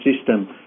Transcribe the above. system